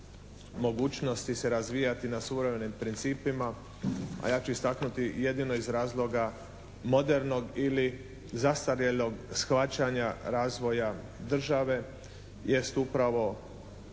mogućnosti se razvijati na suvremenim principa a ja ću istaknuti, jedino iz razloga modernog ili zastarjelog shvaćanja razvoja države jest upravo